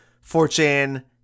fortune